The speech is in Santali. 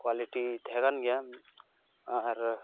ᱠᱳᱣᱟᱞᱤᱴᱤ ᱛᱟᱦᱮᱸ ᱠᱟᱱ ᱜᱮᱭᱟ ᱟᱨᱻ